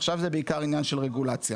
עכשיו זה בעיקר עניין של רגולציה.